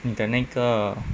你的那个